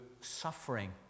suffering